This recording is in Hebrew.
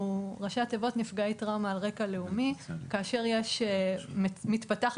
זה ראשי תיבות של נפגעי טראומה על רקע לאומי כאשר מתפתחת